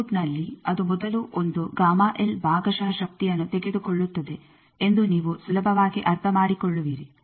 ಲೋಡ್ನಲ್ಲಿ ಅದು ಮೊದಲು ಒಂದು ಭಾಗಶಃ ಶಕ್ತಿಯನ್ನು ತೆಗೆದುಕೊಳ್ಳುತ್ತದೆ ಎಂದು ನೀವು ಸುಲಭವಾಗಿ ಅರ್ಥಮಾಡಿಕೊಳ್ಳುವಿರಿ